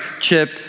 Chip